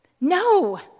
No